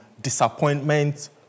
disappointment